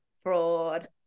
fraud